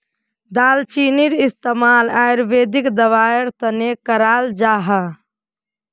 दालचीनीर इस्तेमाल आयुर्वेदिक दवार तने कराल जाहा